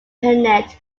pennant